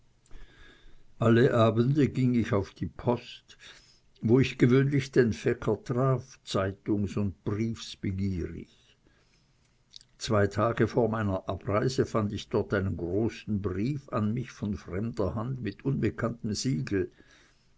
alle abende ging ich auf die post wo ich gewöhnlich den fecker traf zeitungs und briefsbegierig zwei tage vor meiner abreise fand ich dort einen großen brief an mich von fremder hand mit unbekanntem siegel